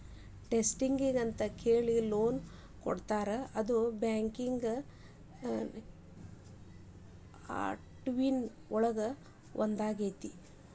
ಸ್ಟೂಡೆಂಟ್ಸಿಗೆಂತ ಹೇಳಿ ಲೋನ್ ಕೊಡ್ತಾರಲ್ಲ ಅದು ಬ್ಯಾಂಕಿಂಗ್ ಆಕ್ಟಿವಿಟಿ ಒಳಗ ಒಂದಾಗಿರ್ತದ